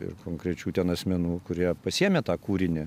ir konkrečių ten asmenų kurie pasiėmė tą kūrinį